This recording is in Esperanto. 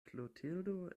klotildo